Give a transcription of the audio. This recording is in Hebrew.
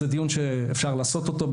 זה דיון שאפשר לעשות אותו,